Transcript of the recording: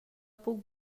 puc